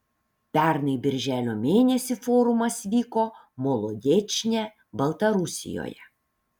pernai birželio mėnesį forumas vyko molodečne baltarusijoje